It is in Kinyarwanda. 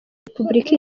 repubulika